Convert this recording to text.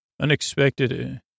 unexpected